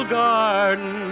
garden